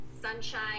sunshine